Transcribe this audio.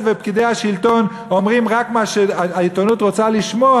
ופקידי השלטון אומרים רק מה שהעיתונות רוצה לשמוע,